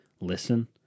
listen